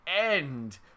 End